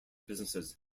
businesses